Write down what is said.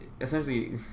essentially